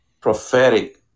prophetic